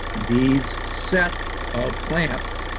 these set of plans